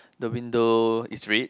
the window is red